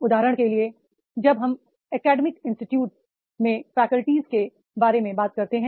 उदाहरण के लिए जब हम एकेडमिक इंस्टीट्यूट में फैकल्टीज के बारे में बात करते हैं